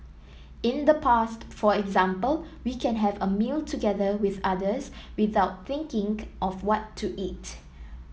in the past for example we can have a meal together with others without thinking of what to eat